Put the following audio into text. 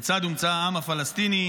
-- כיצד הומצא העם הפלסטיני.